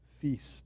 feast